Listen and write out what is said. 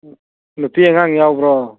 ꯅꯨꯄꯤ ꯑꯉꯥꯡ ꯌꯥꯎꯕ꯭ꯔꯣ